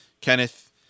Kenneth